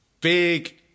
Big